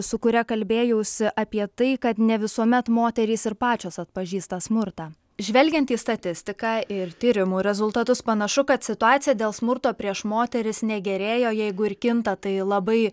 su kuria kalbėjausi apie tai kad ne visuomet moterys ir pačios atpažįsta smurtą žvelgiant į statistiką ir tyrimų rezultatus panašu kad situacija dėl smurto prieš moteris negerėja o jeigu ir kinta tai labai